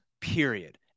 Period